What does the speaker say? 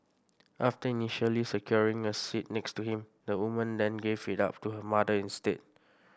after initially securing a seat next to him the woman then gave it up to her mother instead